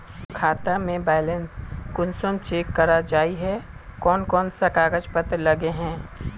खाता में बैलेंस कुंसम चेक करे जाय है कोन कोन सा कागज पत्र लगे है?